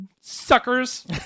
suckers